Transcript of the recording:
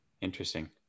Interesting